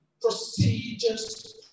procedures